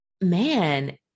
man